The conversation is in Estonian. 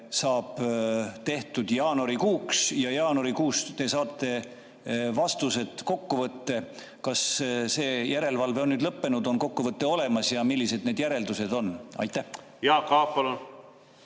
saab tehtud jaanuarikuuks ja jaanuarikuus te saate vastused, kokkuvõtte. Kas see järelevalve on nüüd lõppenud ja kokkuvõte olemas? Millised need järeldused on? ... aga kui